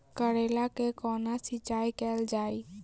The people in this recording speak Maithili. करैला केँ कोना सिचाई कैल जाइ?